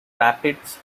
rapids